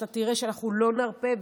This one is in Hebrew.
ואתה תראה שאנחנו לא נרפה,